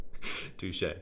Touche